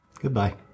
Goodbye